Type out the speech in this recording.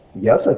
Yes